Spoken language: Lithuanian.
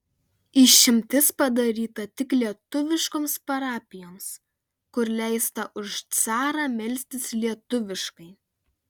išimtis padaryta tik lietuviškoms parapijoms kur leista už carą melstis lietuviškai